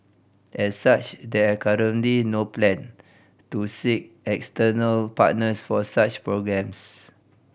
as such there are currently no plan to seek external partners for such programmes